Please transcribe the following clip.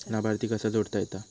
लाभार्थी कसा जोडता येता?